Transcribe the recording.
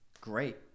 great